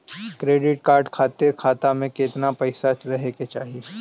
Credit card खातिर खाता में केतना पइसा रहे के चाही?